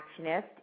actionist